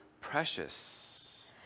precious